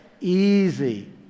easy